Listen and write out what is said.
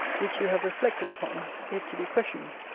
which you have reflected upon, is to be questioned.